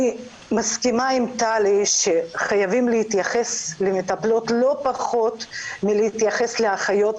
אני מסכימה עם טלי שחייבים להתייחס למטפלות לא פחות מאשר לאחיות,